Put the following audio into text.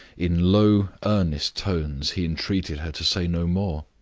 in low, earnest tones, he entreated her to say no more.